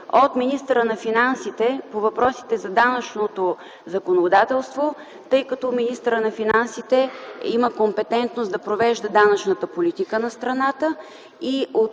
от министъра на финансите по въпросите за данъчното законодателство, тъй като министърът на финансите има компетентност да провежда данъчната политика на страната